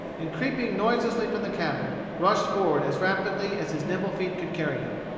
and creeping noiselessly from the cabin, rushed forward as rapidly as his nimble feet could carry him.